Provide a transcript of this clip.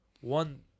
one